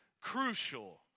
crucial